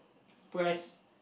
price